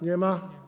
Nie ma.